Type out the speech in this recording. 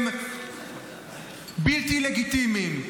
הם בלתי לגיטימיים.